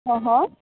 હા હા